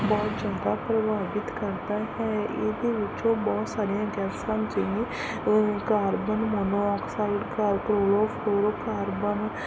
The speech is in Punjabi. ਬਹੁਤ ਜ਼ਿਆਦਾ ਪ੍ਰਭਾਵਿਤ ਕਰਦਾ ਹੈ ਇਹਦੇ ਵਿੱਚੋਂ ਬਹੁਤ ਸਾਰੀਆਂ ਗੈਸਾਂ ਜਿਵੇਂ ਕਾਰਬਨ ਮੋਨੋਆਕਸਾਈਡ ਕਾਰ ਕਲੋਰੋਫਲੋਰੋਕਾਰਬਨ